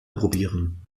probieren